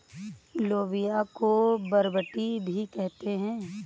लोबिया को बरबट्टी भी कहते हैं